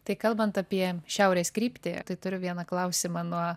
tai kalbant apie šiaurės kryptį tai turiu vieną klausimą nuo